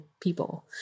people